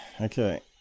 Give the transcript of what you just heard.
Okay